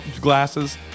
glasses